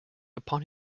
upon